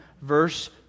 verse